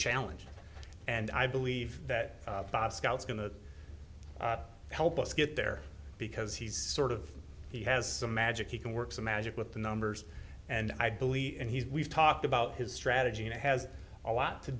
challenge and i believe that scott's going to help us get there because he's sort of he has a magic he can work some magic with the numbers and i believe and he's we've talked about his strategy and has a lot to